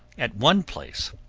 at one place,